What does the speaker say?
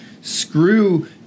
screw